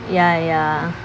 ya ya